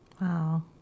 Wow